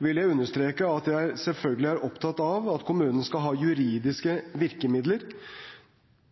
vil jeg understreke at jeg selvfølgelig er opptatt av at kommunene skal ha de juridiske virkemidlene